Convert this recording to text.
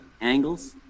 angles